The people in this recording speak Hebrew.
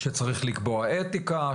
שצריך לקבוע אתיקה,